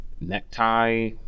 necktie